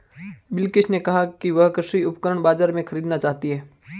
बिलकिश ने कहा कि वह कृषि उपकरण बाजार से खरीदना चाहती है